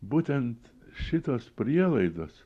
būtent šitos prielaidos